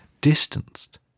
distanced